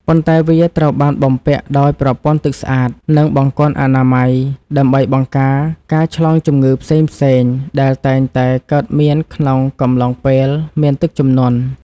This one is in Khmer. ប៉ុន្តែវាត្រូវបានបំពាក់ដោយប្រព័ន្ធទឹកស្អាត និងបង្គន់អនាម័យ ដើម្បីបង្ការការឆ្លងជំងឺផ្សេងៗដែលតែងតែកើតមានក្នុងកំឡុងពេលមានទឹកជំនន់។